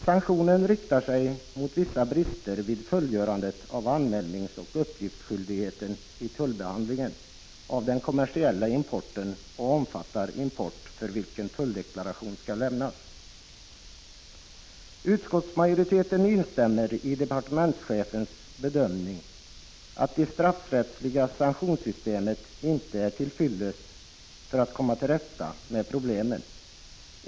Sanktionen riktar sig mot vissa brister vid fullgörandet av anmälningsoch uppgiftsskyldigheten i tullbehandlingen av den 39 Utskottsmajoriteten instämmer i departementschefens bedömning att det straffrättsliga sanktionssystemet inte är till fyllest för att vi skall komma till rätta med problemen.